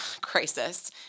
crisis